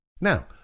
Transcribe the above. Now